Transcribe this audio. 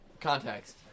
context